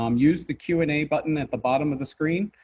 um use the q and a button at the bottom of the screen.